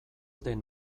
den